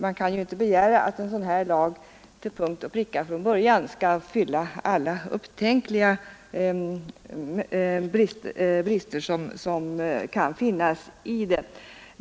Man kan inte begära att en sådan här lag från början skall vara helt fri från brister.